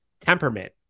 temperament